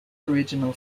original